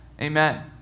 Amen